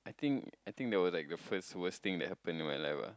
I think I think that was like the first worst thing that happen to my life ah